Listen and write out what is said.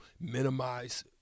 minimize